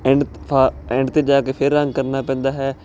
and ਥਾ end 'ਤੇ ਜਾ ਕੇ ਫਿਰ ਰੰਗ ਕਰਨਾ ਪੈਂਦਾ ਹੈ